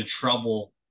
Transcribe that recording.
trouble